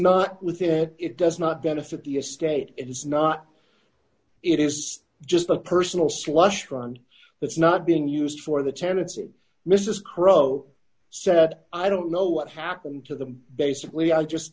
not within it does not benefit the estate it is not it is just a personal slush fund that's not being used for the tenancy misess crowe said i don't know what happened to them basically i just